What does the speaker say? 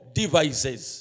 devices